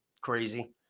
crazy